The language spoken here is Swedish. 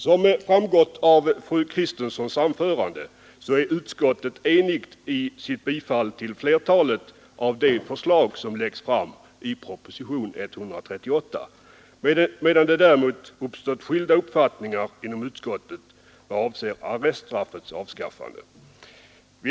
Som framgått av fru Kristenssons anförande är utskottet enigt i sitt bifall till flertalet av de förslag som läggs fram i propositionen 138 medan det däremot uppstått meningsskiljaktigheter inom utskottet vad avser arreststraffets avskaffande.